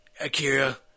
Akira